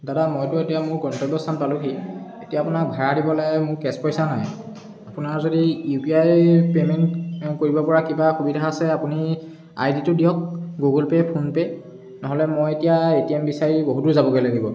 দাদা মইতো এতিয়া মোৰ গন্তব্যস্থান পালোহি এতিয়া আপোনাক ভাড়া দিব লাগে মোৰ কেছ পইচা নাই আপোনাৰ যদি ইউ পি আই পে'মেণ্ট কৰিব পৰা কিবা সুবিধা আছে আপুনি আই ডিটো দিয়ক গুগ'ল পে' ফোনপে' নহ'লে মই এতিয়া এ টি এম বিচাৰি বহু দূৰ যাবগৈ লাগিব